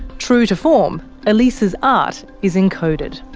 true to form, elisa's art is encoded.